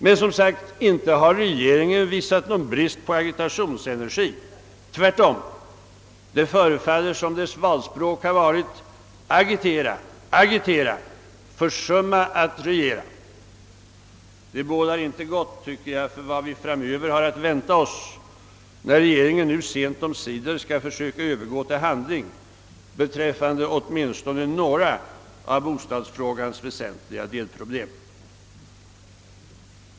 Regeringen har inte visat någon brist på agiteringsenergi. Tvärtom förefaller det som om dess valspråk vore: Agitera, agitera, försumma att regera. Det bådar inte gott för vad vi har att vänta oss framöver när nu regeringen sent omsider skall försöka övergå till handling beträffande åtminstone några av bostadsfrågans väsentliga delproblem.